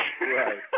Right